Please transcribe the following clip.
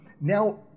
Now